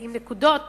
עם נקודות